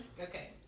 Okay